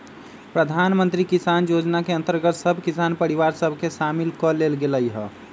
प्रधानमंत्री किसान जोजना के अंतर्गत सभ किसान परिवार सभ के सामिल क् लेल गेलइ ह